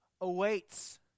awaits